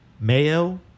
mayo